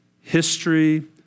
history